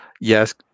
yes